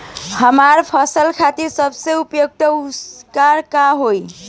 हमार फसल खातिर सबसे उपयुक्त उर्वरक का होई?